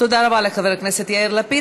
תודה רבה לחבר הכנסת יאיר לפיד.